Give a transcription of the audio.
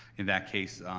in that case,